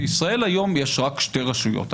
בישראל היום יש רק שתי רשויות.